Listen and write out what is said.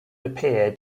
appear